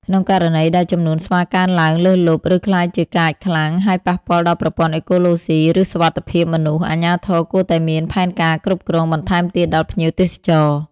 ក្នុងករណីដែលចំនួនស្វាកើនឡើងលើសលប់ ឬក្លាយជាកាចខ្លាំង ហើយប៉ះពាល់ដល់ប្រព័ន្ធអេកូឡូស៊ី ឬសុវត្ថិភាពមនុស្ស អាជ្ញាធរគួរតែមានផែនការគ្រប់គ្រងបន្ថែមទៀតដល់ភ្ញៀវទេសចរ។